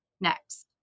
next